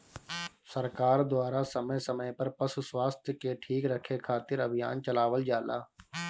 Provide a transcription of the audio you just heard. सरकार द्वारा समय समय पर पशु स्वास्थ्य के ठीक रखे खातिर अभियान चलावल जाला